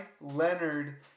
Leonard